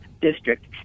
district